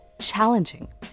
challenging